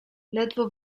ledwo